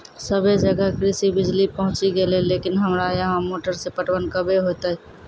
सबे जगह कृषि बिज़ली पहुंची गेलै लेकिन हमरा यहाँ मोटर से पटवन कबे होतय?